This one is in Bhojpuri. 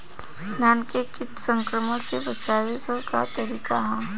धान के कीट संक्रमण से बचावे क का तरीका ह?